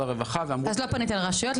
הרווחה ואמרו לי --- אז לא פנית לרשויות,